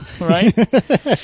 right